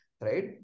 right